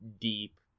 deep